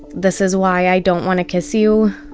this is why i don't want to kiss you.